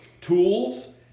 tools